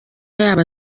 yabo